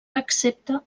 excepte